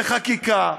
בחקיקה,